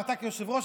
ואתה כיושב-ראש,